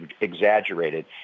exaggerated